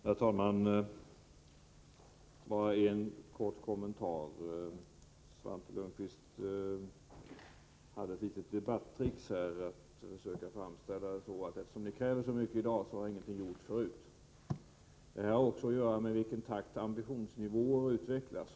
Herr talman! Bara en kort kommentar: Svante Lundkvist använde sig av ett litet debatttrick när han försökte framställa saken så att eftersom det krävs så mycket i dag har ingenting gjorts förut. Detta handlar också om i vilken takt ambitionsnivåer utvecklas.